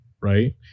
right